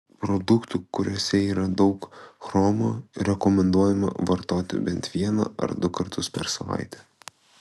produktų kuriuose yra daug chromo rekomenduojama vartoti bent vieną ar du kartus per savaitę